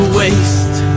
waste